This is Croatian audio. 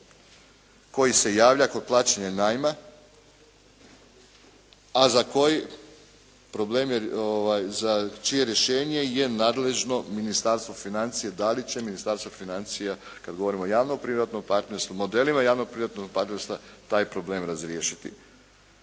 koji se javlja kod plaćanja najma a za čije rješenje je nadležno Ministarstvo financija. Da li će Ministarstvo financija kad govorimo o javno-privatnom partnerstvu, modelima javno-privatnog partnerstva taj problem razriješiti.